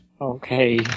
Okay